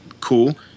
cool